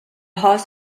host